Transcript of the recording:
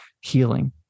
healing